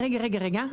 רגע, רגע, רגע.